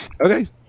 okay